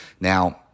Now